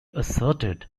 asserted